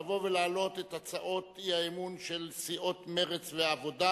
לבוא ולהעלות את הצעות האי-אמון של סיעות מרצ והעבודה,